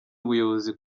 ubuyobozi